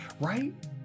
right